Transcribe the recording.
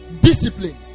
Discipline